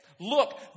Look